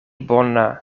bona